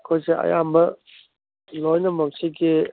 ꯑꯩꯈꯣꯏꯁꯦ ꯑꯌꯥꯝꯕ ꯂꯣꯏꯅꯃꯛꯁꯤꯒꯤ